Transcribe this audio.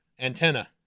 antenna